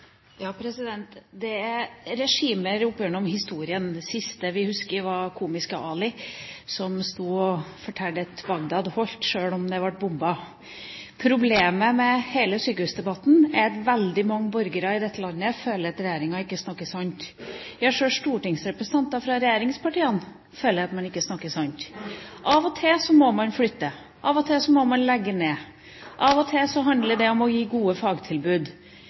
Det har vært mange regimer opp gjennom historien, det siste vi husker er «Komiske Ali» som sto og fortalte at Bagdad holdt, sjøl om den ble bombet. Problemet med hele sykehusdebatten er at veldig mange borgere i dette landet føler at regjeringen ikke snakker sant. Ja, sjøl stortingsrepresentanter fra regjeringspartiene føler at man ikke snakker sant. Av og til må man flytte, av og til må man legge ned, av og til handler det om å gi gode fagtilbud.